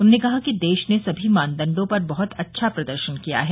उन्होंने कहा कि देश ने सभी मानदण्डों पर बहुत अच्छा प्रदर्शन किया है